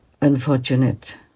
unfortunate